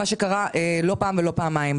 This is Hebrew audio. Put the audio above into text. מה שקרה לא פעם ולא פעמיים.